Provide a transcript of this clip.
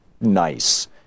nice